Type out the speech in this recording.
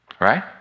Right